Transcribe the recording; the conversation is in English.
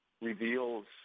reveals